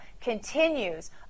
continues